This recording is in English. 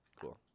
cool